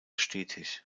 stetig